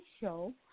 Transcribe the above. show